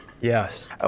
yes